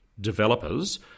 developers